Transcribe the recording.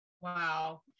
Wow